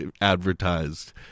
advertised